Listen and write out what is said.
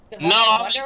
No